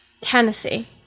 Tennessee